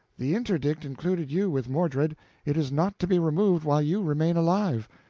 the interdict included you with mordred it is not to be removed while you remain alive.